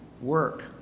work